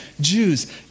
Jews